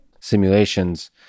simulations